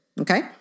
Okay